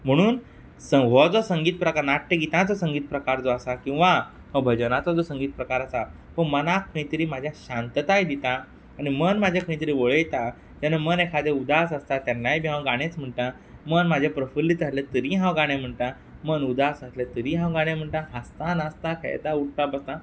म्हणून हो जो संगीत प्रकार नाट्य गितांचो संगीत प्रकार जो आसा किंवां हो भजनाचो जो संगीत प्रकार आसा हो मनाक खंयतरी म्हज्या शांतताय दिता आनी मन म्हजें खंयतरी वळयता जेन्ना मन एखादें उदास आसता तेन्नाय बी हांव गाणेंच म्हणटा मन म्हाजें प्रफुल्लीत जालें तरीय हांव गाणें म्हणटा मन उदास आसलें तरीय हांव गाणें म्हणटा हांसता नाचता खेळटा उट्टा बसता